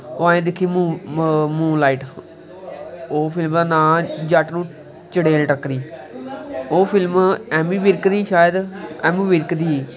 ओह् असैं दिक्खी मून लाईट ओह् फिल्म दा नांऽ ऐ जट्ट नेईं चड़ेल टक्करी ओह् फिल्म ऐमी बिर्क दी शायद ऐमी बिर्क दी ही